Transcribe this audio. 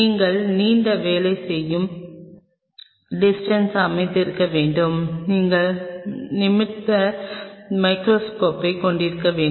நீங்கள் நீண்ட வேலை செய்யும் டிஸ்டன்ஸ்ஸை அமைத்திருக்க வேண்டும் நீங்கள் நிமிர்ந்த மைகிரோஸ்கோப்பை கொண்டிருக்கிறீர்கள்